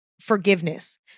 Forgiveness